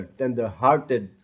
tenderhearted